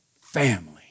family